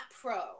pro